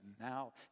now